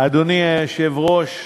אדוני היושב-ראש,